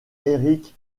éric